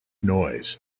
noise